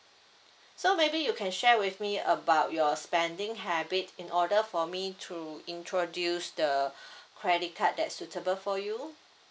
so maybe you can share with me about your spending habit in order for me to introduce the credit card that suitable for you